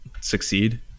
succeed